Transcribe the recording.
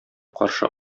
каршы